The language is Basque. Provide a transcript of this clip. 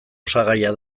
osagaia